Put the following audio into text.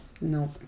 Nope